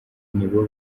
nibo